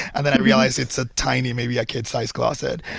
and then i realize it's a tiny maybe a kid-sized closet.